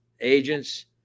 agents